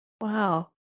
Wow